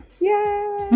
Yay